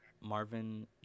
marvin